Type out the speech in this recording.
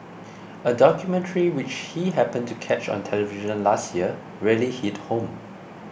a documentary which he happened to catch on television last year really hit home